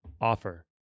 offer